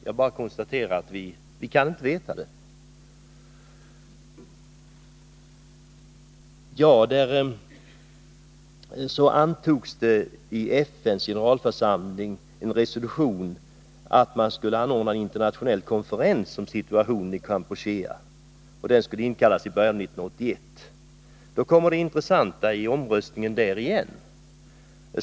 Jag bara konstaterar att vi inte kan veta detta. I FN:s generalförsamling antogs en resolution som innebar att mani början Nr 35 av 1981 skulle anordna en internationell konferens om situationen i Onsdagen den Kampuchea. Då kommer det intressanta när det gäller omröstningen där 26 november 1980 igen.